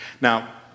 Now